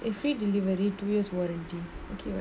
if free delivery two years warranty okay [what]